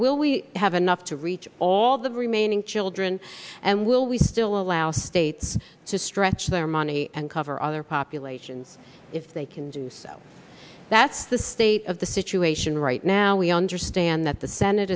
will we have enough to reach all the remaining children and will we still allow states to stretch their money and cover other populations if they can do so that's the state of the situation right now we understand that the senate